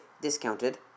discounted